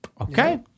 Okay